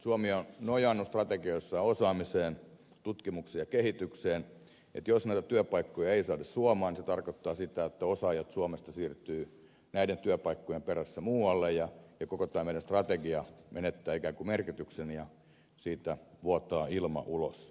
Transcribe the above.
suomi on nojannut strategioissaan osaamiseen tutkimukseen ja kehitykseen joten jos noita työpaikkoja ei saada suomeen se tarkoittaa sitä että osaajat suomesta siirtyvät näiden työpaikkojen perässä muualle ja koko tämä meidän strategiamme menettää ikään kuin merkityksensä ja siitä vuotaa ilma ulos